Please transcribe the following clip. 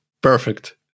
perfect